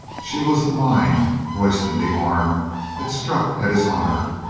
she was the mind, royston the arm that struck at his honor.